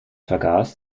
vergaß